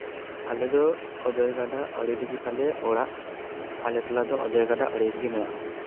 ᱟᱞᱮ ᱫᱚ ᱚᱡᱚᱜ ᱜᱟᱰᱟ ᱟᱲᱮ ᱨᱮᱜᱮ ᱛᱟᱞᱮ ᱚᱲᱟᱜ ᱟᱞᱮ ᱴᱚᱞᱟᱫᱚ ᱚᱡᱚᱭ ᱜᱟᱰᱟ ᱟᱲᱮᱨᱮᱜᱮ ᱢᱮᱱᱟᱜᱼᱟ